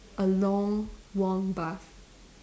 a long warm bath